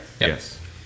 Yes